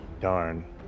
Darn